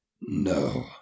No